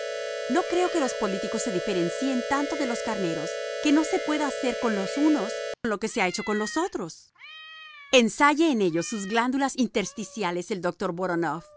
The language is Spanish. no creo que los políticos se diferencien tanto de los carneros que no se pueda hacer con los unos lo que se ha hecho con los otros ensaye en ellos sus glándulas intersticiales el doctor voronof